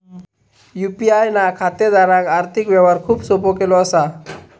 UPI ना खातेदारांक आर्थिक व्यवहार खूप सोपो केलो असा